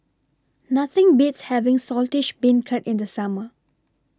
Nothing Beats having Saltish Beancurd in The Summer